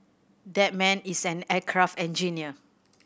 that man is an aircraft engineer